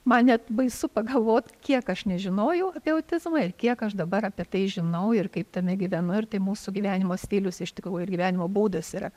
man net baisu pagalvot kiek aš nežinojau apie autizmą ir kiek aš dabar apie tai žinau ir kaip tame gyvenu ir tai mūsų gyvenimo stilius iš tikrųjų ir gyvenimo būdas yra